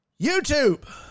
YouTube